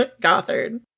Gothard